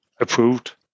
approved